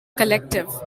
collective